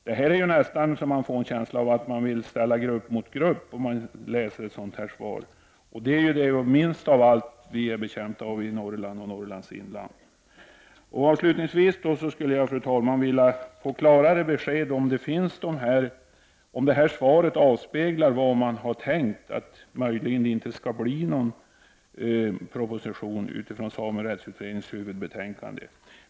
Jag får nästan en känsla av att man vill ställa grupper mot varandra, när jag läser svaret. Det är det vi minst av allt är betjänta av i Norrland och Norrlands inland. Fru talman! Avslutningsvis skulle jag vilja få klara besked om huruvida detta svar avspeglar vad man har tänkt — om det möjligen inte skall bli någon proposition utifrån samerättsutredningens huvudbetänkande.